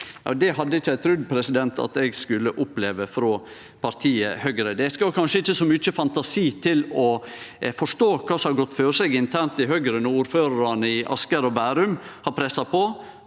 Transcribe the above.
Det hadde eg ikkje trudd eg skulle oppleve frå partiet Høgre. Det skal kanskje ikkje så mykje fantasi til for å forstå kva som har gått føre seg internt i Høgre når ordførarane i Asker og Bærum har pressa på